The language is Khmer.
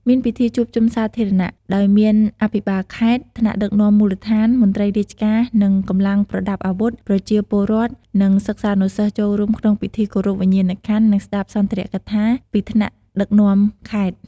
មានពិធីជួបជុំសាធារណៈ ដោយមានអភិបាលខេត្ត ថ្នាក់ដឹកនាំមូលដ្ឋាន មន្ត្រីរាជការ កងកម្លាំងប្រដាប់អាវុធ ប្រជាពលរដ្ឋ និងសិស្សនិស្សិតចូលរួមក្នុងពិធីគោរពវិញ្ញាណក្ខន្ធ និងស្ដាប់សុន្ទរកថាពីថ្នាក់ដឹកនាំខេត្ត។